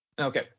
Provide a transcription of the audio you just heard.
Okay